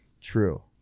True